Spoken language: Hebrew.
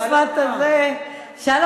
שלום,